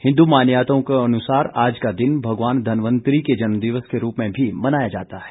हिन्दू मान्यताओं के अनुसार आज का दिन भगवान धनवंतरी के जन्मदिवस के रूप में भी मनाया जाता है